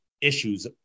issues